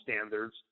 standards